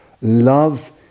love